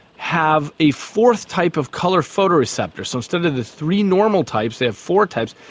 have a fourth type of collar photo receptors. so instead of the three normal types they have four types,